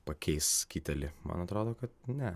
pakeis kitelį man atrodo kad ne